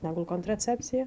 negu kontracepcija